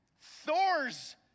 Thor's